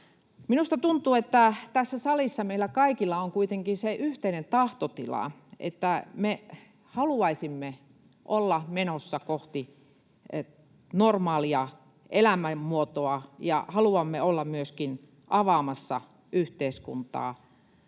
Minusta tuntuu, että tässä salissa meillä kaikilla on kuitenkin se yhteinen tahtotila, että me haluaisimme olla menossa kohti normaalia elämänmuotoa ja haluamme olla myöskin avaamassa yhteiskuntaa